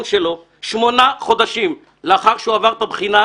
שלו שמונה חודשים לאחר שהוא עבר את הבחינה,